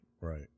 Right